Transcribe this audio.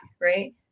right